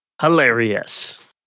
hilarious